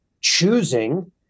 choosing